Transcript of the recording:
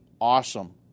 awesome